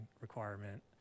requirement